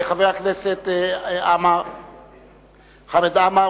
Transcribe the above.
חבר הכנסת חמד עמאר,